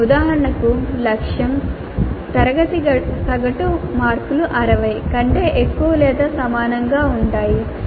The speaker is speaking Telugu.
ఉదాహరణకు లక్ష్యం "తరగతి సగటు మార్కులు 60 కంటే ఎక్కువ లేదా సమానంగా ఉంటాయి"